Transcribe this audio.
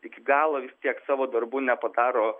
iki galo vis tiek savo darbų nepadaro